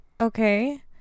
okay